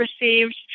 received